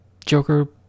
Joker